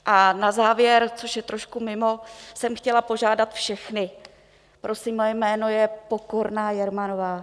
A na závěr, což je trošku mimo, jsem chtěla požádat všechny: prosím, moje jméno je Pokorná Jermanová.